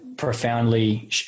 profoundly